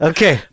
Okay